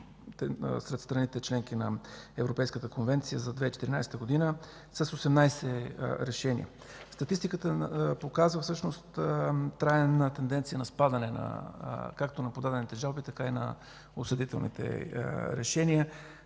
сред страните – членки на Европейската конвенция, за 2014 г. с 18 решения. Статистиката показва трайна тенденция както на подадените жалби, така и на осъдителните решения.